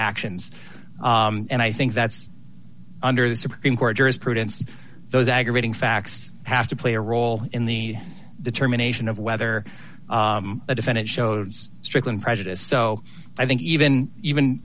actions and i think that's under the supreme court jurisprudence those aggravating facts have to play a role in the determination of whether a defendant showed strickland prejudice so i think even even